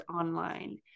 online